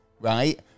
right